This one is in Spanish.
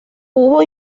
hubo